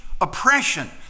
oppression